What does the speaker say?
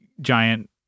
giant